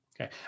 Okay